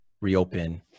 reopen